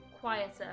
quieter